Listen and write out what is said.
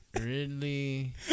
Ridley